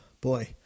boy